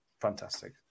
Fantastic